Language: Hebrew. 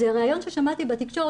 זה ראיון ששמעתי בתקשורת,